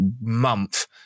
month